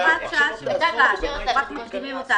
הוראת שעה --- אנחנו רק מקדימים אותה.